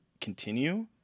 continue